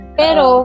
pero